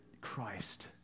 Christ